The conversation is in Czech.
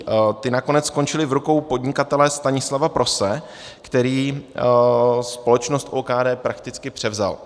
Ty nakonec skončily v rukou podnikatele Stanislava Prose, který společnost OKD prakticky převzal.